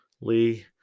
Lee